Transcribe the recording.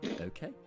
Okay